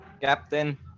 Captain